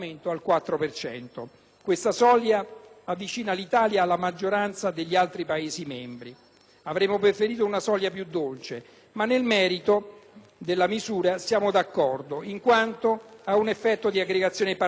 avremmo preferito una soglia più dolce, ma nel merito della misura siamo d'accordo, in quanto ha un effetto di aggregazione partitica, semplificazione del quadro dei Gruppi parlamentari e riduzione di micropersonalismi.